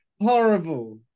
Horrible